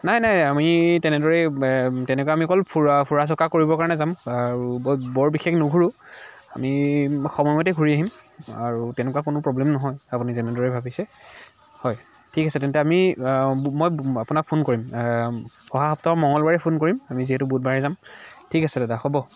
নাই নাই আমি তেনেদৰেই তেনেকুৱা আমি অকল ফুৰা ফুৰা চকা কৰিব কাৰণে যাম আৰু বৰ বিশেষ নুঘূৰোঁ আমি সময়মতেই ঘূৰি আহিম আৰু তেনেকুৱা কোনো প্ৰ'ব্লেম নহয় আপুনি যেনেদৰে ভাবিছে হয় ঠিক আছে তেন্তে আমি মই আপোনাক ফোন কৰিম অহা সপ্তাহৰ মঙ্গলবাৰে ফোন কৰিম আমি যিহেতু বুধবাৰে যাম ঠিক আছে দাদা হ'ব